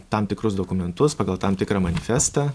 tam tikrus dokumentus pagal tam tikrą manifestą